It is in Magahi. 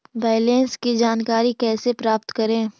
बैलेंस की जानकारी कैसे प्राप्त करे?